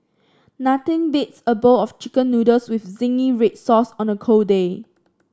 nothing beats a bowl of chicken noodles with zingy red sauce on a cold day